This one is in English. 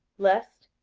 lest,